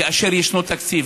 כאשר ישנו תקציב.